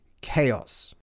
chaos